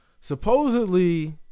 Supposedly